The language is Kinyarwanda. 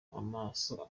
amaso